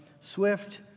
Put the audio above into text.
swift